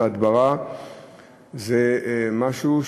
והדברה זה משהו,